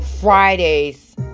Friday's